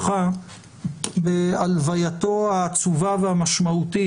בהלווייתו העצובה והמשמעותית,